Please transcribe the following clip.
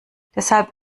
deshalb